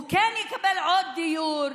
הוא כן יקבל עוד דיור,